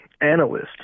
analyst